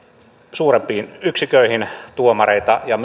suurempiin yksiköihin tuomareita ja